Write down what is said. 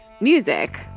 music